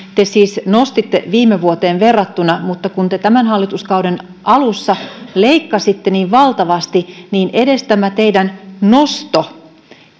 te siis nostitte viime vuoteen verrattuna mutta kun te tämän hallituskauden alussa leikkasitte niin valtavasti niin edes tämä teidän nosto